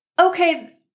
Okay